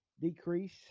decrease